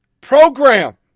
program